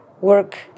work